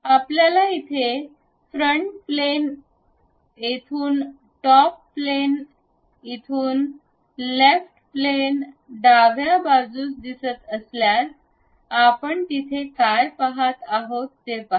आपल्याला इथे front plane येथून टॉप प्लॅन इथून लेफ्ट प्लेन डाव्या बाजूस दिसत असल्यास आपण तिथे काय पहात आहोत हे पहा